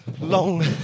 long